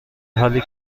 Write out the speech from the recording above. حالی